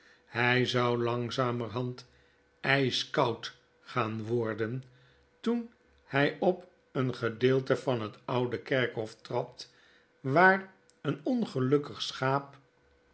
hij zou langzamerhand ijskoud gaan worden toen hij op een gedeelte van het oude kerkhof trad waar een ongelukkig schaappiep